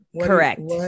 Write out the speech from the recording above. correct